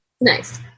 Nice